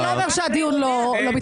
אם תצעקו זה לא אומר שהדיון לא מתנהל.